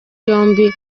yombi